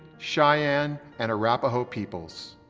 cheyenne and arapaho peoples.